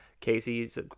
casey's